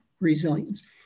resilience